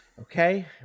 okay